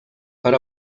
per